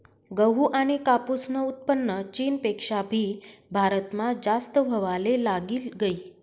गहू आनी कापूसनं उत्पन्न चीनपेक्षा भी भारतमा जास्त व्हवाले लागी गयी